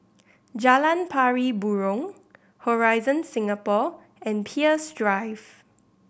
Jalan Pari Burong Horizon Singapore and Peirce Drive